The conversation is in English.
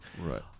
Right